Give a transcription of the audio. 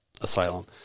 asylum